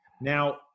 Now